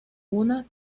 una